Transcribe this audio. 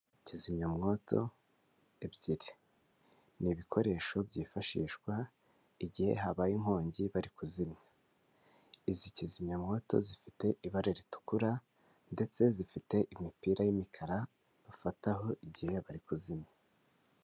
Kizimyamwoto ebyiri ni ibikoresho byifashishwa igihe habaye inkongi bari kuzimya. Izi kizimyamwoto zifite ibara ritukura ndetse zifite imipira y'imikara bafataho igihe bari kuzimya.